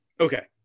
okay